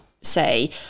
say